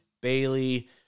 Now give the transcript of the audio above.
Bailey